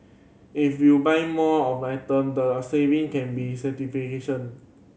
if you buy more of item the saving can be certification